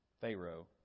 Pharaoh